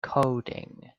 coding